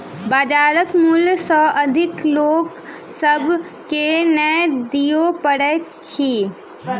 बजारक मूल्य सॅ अधिक लोक सभ के नै दिअ पड़ैत अछि